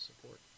support